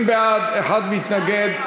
20 בעד, אחד מתנגד,